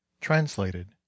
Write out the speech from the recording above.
Translated